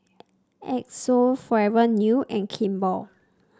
Xndo Forever New and Kimball